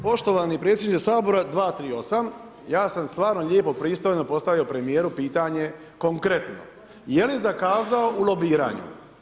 Poštovani predsjedniče Sabora, 238. ja sam stvarno lijepo pristojno postavio premijeru pitanje konkretno je li zakazao u lobiranju.